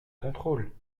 contrôle